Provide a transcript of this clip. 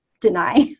deny